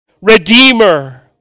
Redeemer